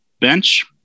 Bench